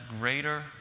greater